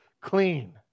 clean